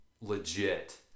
legit